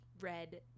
red